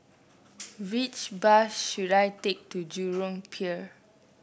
which bus should I take to Jurong Pier